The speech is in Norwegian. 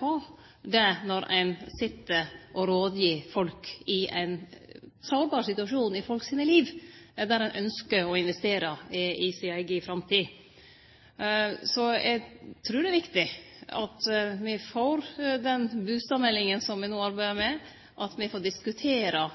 på det når ein sit og rådgir folk i ein sårbar situasjon i deira liv, der ein ynskjer å investere i si eiga framtid. Eg trur det er viktig at me får den bustadmeldinga som me arbeidar med, og at me får diskutere